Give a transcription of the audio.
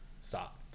stop